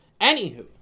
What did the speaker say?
Anywho